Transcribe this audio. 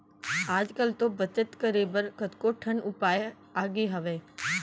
आज कल तो बचत करे बर कतको ठन उपाय आगे हावय